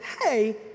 hey